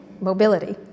mobility